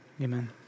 amen